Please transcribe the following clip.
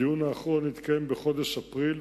הדיון האחרון התקיים בחודש אפריל,